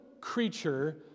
creature